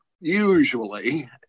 usually